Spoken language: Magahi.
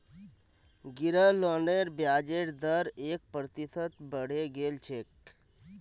गृह लोनेर ब्याजेर दर एक प्रतिशत बढ़े गेल छेक